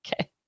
Okay